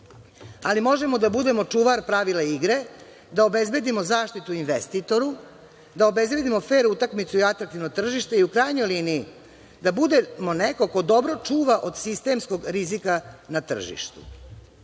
ali možemo da budemo čuvar pravila igre, da obezbedimo zaštitu investitoru, da obezbedimo fer utakmicu i atraktivno tržište i, u krajnjoj liniji, da budemo neko ko dobro čuva od sistemskog rizika na tržištu“.Dalje,